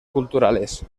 culturales